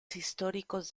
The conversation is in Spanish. históricos